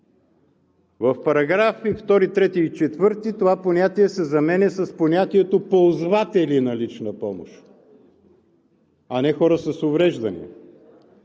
В параграфи 2, 3 и 4 това понятие се заменя с понятието „ползватели на лична помощ“, а не „хора с увреждания“.